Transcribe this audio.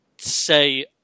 say